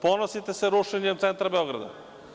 Ponosite se rušenjem centra Beograda.